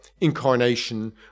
incarnation